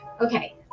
Okay